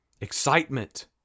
Excitement